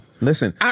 Listen